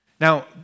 Now